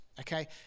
Okay